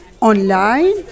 online